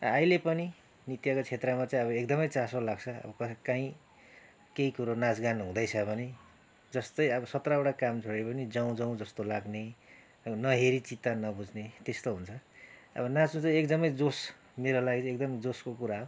अहिले पनि नृत्यको क्षेत्रमा चाहिँ अब एकदमै चासो लाग्छ अब कहीँ केही कुरो नाँच गान हुँदैछ भने जस्तै सत्रवटा काम छोडेर पनि जाउँ जाउँ जस्तो लाग्ने नहेरी चित्त नबुझ्ने त्यस्तो हुन्छ अब नाँच्नु चाहिँ एकदमै जोस मेरो लागि चाहिँ एकदमै जोसको कुरा हो